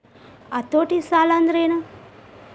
ಹತೋಟಿ ಸಾಲಾಂದ್ರೆನ್?